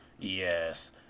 Yes